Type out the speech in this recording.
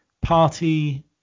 party